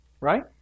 Right